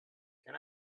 can